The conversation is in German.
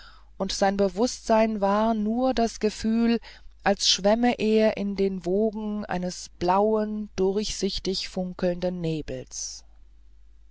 und sein bewußtsein war nur das gefühl als schwämme er in den wogen eines blauen durchsichtig funkelnden nebels